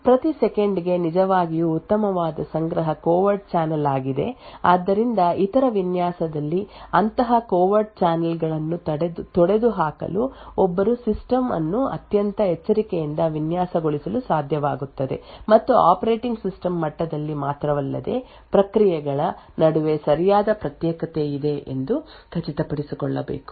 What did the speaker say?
ಪ್ರತಿ ಸೆಕೆಂಡಿ ಗೆ ನಿಜವಾಗಿಯೂ ಉತ್ತಮವಾದ ಸಂಗ್ರಹ ಕೋವೆರ್ಟ್ ಚಾನಲ್ ಆಗಿದೆ ಆದ್ದರಿಂದ ಇತರ ವಿನ್ಯಾಸದಲ್ಲಿ ಅಂತಹ ಕೋವೆರ್ಟ್ ಚಾನಲ್ ಗಳನ್ನು ತೊಡೆದುಹಾಕಲು ಒಬ್ಬರು ಸಿಸ್ಟಮ್ ಅನ್ನು ಅತ್ಯಂತ ಎಚ್ಚರಿಕೆಯಿಂದ ವಿನ್ಯಾಸಗೊಳಿಸಲು ಸಾಧ್ಯವಾಗುತ್ತದೆ ಮತ್ತು ಆಪರೇಟಿಂಗ್ ಸಿಸ್ಟಮ್ ಮಟ್ಟದಲ್ಲಿ ಮಾತ್ರವಲ್ಲದೆ ಪ್ರಕ್ರಿಯೆಗಳ ನಡುವೆ ಸರಿಯಾದ ಪ್ರತ್ಯೇಕತೆ ಇದೆ ಎಂದು ಖಚಿತಪಡಿಸಿಕೊಳ್ಳಬೇಕು